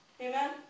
Amen